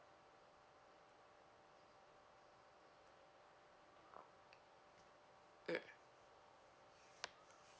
mm